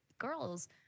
Girls